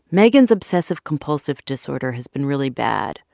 megan's obsessive-compulsive disorder has been really bad.